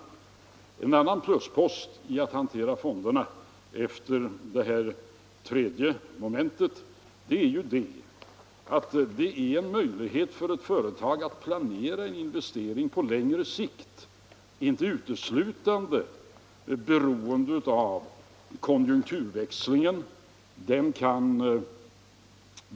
26 maj 1975 En annan pluspost i att hantera fonderna enligt 3 mom. är att det innebär möjligheter för ett företag att planera investeringarna på längre = Om villkoren för att sikt. Investeringen blir inte uteslutande beroende av konjunkturväxling — få ta investeringsen.